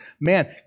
man